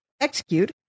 execute